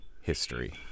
history